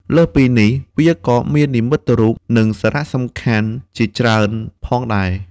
លើសពីនេះវាក៏មាននិមិត្តរូបនិងមានសារៈសំខាន់ជាច្រើនផងដែរ។